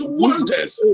wonders